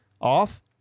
off